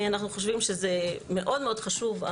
אנחנו חושבים שהנשוא הזה חשוב מאוד,